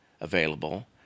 available